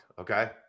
okay